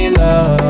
love